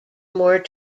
more